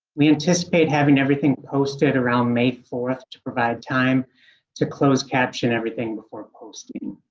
we anticipate having everything posted around may fourth to provide time to close caption everything before posting.